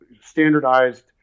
standardized